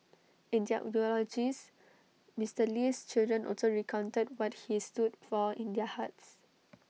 in their eulogies Mister Lee's children also recounted what he stood for in their hearts